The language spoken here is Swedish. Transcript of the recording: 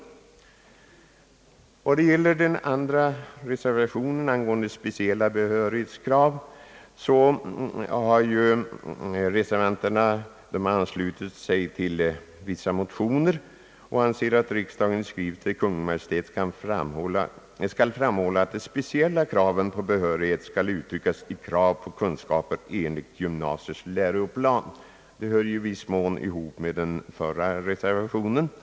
Beträffande reservation nr 2, som gäller frågan om speciella behörighetsvillkor, har reservanterna anslutit sig till ett i samband härmed väckt motionspar. De anser att riksdagen i skrivelse till Kungl. Maj:t skall framhålla att de speciella villkoren för behörighet skall uttryckas i krav på kunskaper enligt gymnasiets läroplan. Detta har i viss mån samband med den nyssnämnda reservationen nr 1.